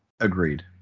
Agreed